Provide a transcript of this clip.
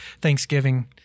thanksgiving